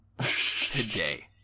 Today